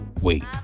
wait